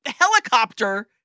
helicopter